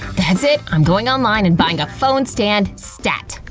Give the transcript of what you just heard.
that's it, i'm going online and buying a phone stand, stat!